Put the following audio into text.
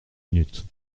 minutes